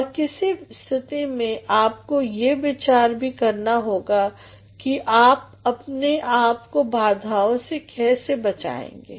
और किसी स्थिति में आपको ये विचार भी करना होगा कि आप अपने आप को बाधाओं से कैसे बचाएंगे